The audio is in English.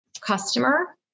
customer